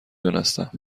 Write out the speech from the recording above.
دونستم